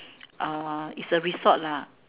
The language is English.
uh it's a resort lah